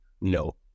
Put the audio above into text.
No